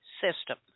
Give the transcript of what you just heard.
system